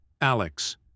Alex